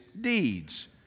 deeds